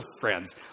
friends